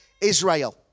Israel